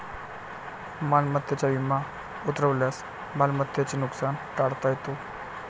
मालमत्तेचा विमा उतरवल्यास मालमत्तेचे नुकसान टाळता येते